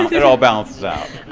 it all balances out.